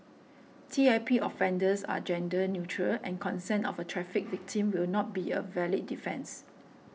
T I P offences are gender neutral and consent of a trafficked victim will not be a valid defence